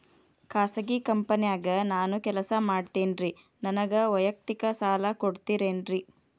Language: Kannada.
ಖಾಸಗಿ ಕಂಪನ್ಯಾಗ ನಾನು ಕೆಲಸ ಮಾಡ್ತೇನ್ರಿ, ನನಗ ವೈಯಕ್ತಿಕ ಸಾಲ ಕೊಡ್ತೇರೇನ್ರಿ?